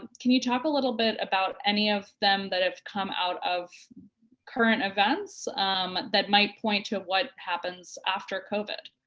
can you talk a little bit about any of them that have come out of current events that might point to what happens after covid?